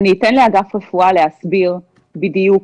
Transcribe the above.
אני אתן לאגף רפואה להסביר בדיוק